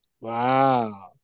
Wow